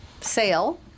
sale